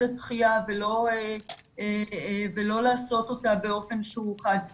הסגירה ולא לעשות אותה באופן שהוא חד צדדי.